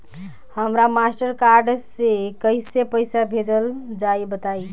हमरा Mastercard से कइसे पईसा भेजल जाई बताई?